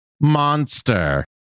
monster